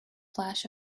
flash